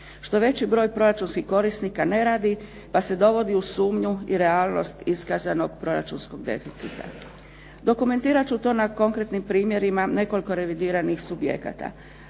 Što veći broj proračunskih korisnika ne radi pa se dovodi u sumnju i realnost iskazanog proračunskog deficita. Dokumentirati ću to na konkretnim primjerima nekoliko revidiranih subjekata.